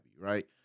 right